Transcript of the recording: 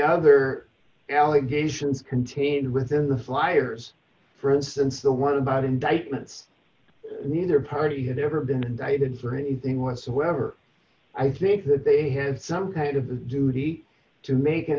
other allegations contained within the flyers for instance the one about indictments in either party had never been invited for anything whatsoever i think that they had some kind of duty to make an